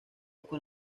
con